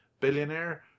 billionaire